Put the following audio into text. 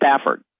Stafford